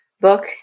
book